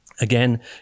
Again